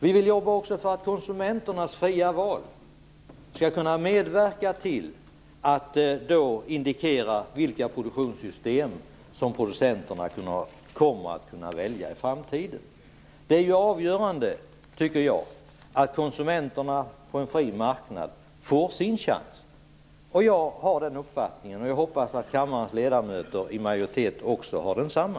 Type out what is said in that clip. Vi vill jobba för att konsumenternas fria val skall kunna medverka till att indikera de produktionssystem som producenterna kommer att kunna välja i framtiden. Det är avgörande att konsumenterna på en fri marknad får sin chans. Det är min uppfattning, och jag hoppas att också majoriteten av kammarens ledamöter har densamma.